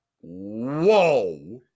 whoa